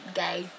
gay